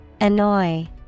Annoy